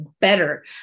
better